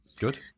Good